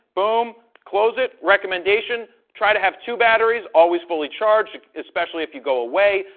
boom! close it recommendation. try to have two batteries always fully charged, especially if you go away,